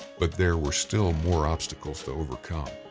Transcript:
but there were still more obstacles to overcome.